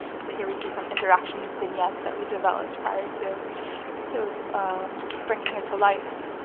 so here we see some interaction vignettes that we developed prior to to bringing here to life.